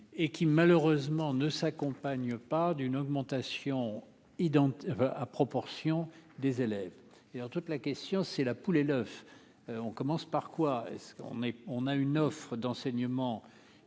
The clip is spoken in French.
Et qui malheureusement ne s'accompagne pas d'une augmentation identique à proportion des élèves et en toute la question, c'est la poule et l'oeuf, on commence par quoi est-ce qu'on est, on a une offre d'enseignement